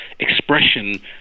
expression